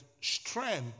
strength